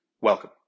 Welcome